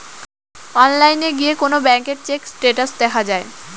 অনলাইনে গিয়ে কোন ব্যাঙ্কের চেক স্টেটাস দেখা যায়